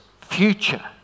future